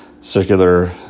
circular